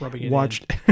watched